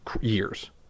years